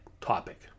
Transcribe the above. topic